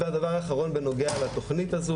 והדבר אחרון בנוגע לתוכנית הזו,